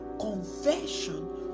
confession